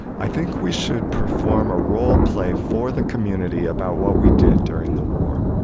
i think we should perform a role play for the community about what we did during the war.